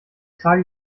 trage